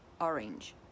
orange